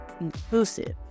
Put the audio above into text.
inclusive